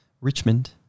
Richmond